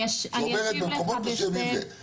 והיא אומרת שבמקומות מסוימים זה,